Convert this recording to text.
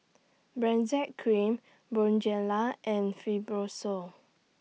Benzac Cream Bonjela and Fibrosol